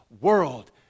world